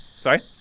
Sorry